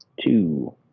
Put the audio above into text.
two